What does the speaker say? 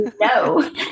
no